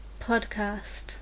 podcast